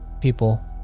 people